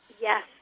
Yes